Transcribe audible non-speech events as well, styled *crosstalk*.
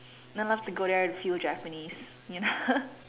then I love to go there to feel Japanese you know *laughs*